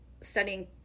studying